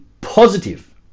positive